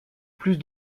plus